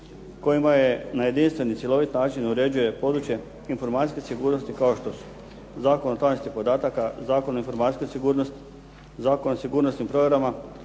koji na jedinstven i cjelovit način uređuje područje informacijske sigurnosti kao što su Zakon o tajnosti podataka, Zakon o informacijskoj sigurnosti, Zakon o sigurnosnim provjerama,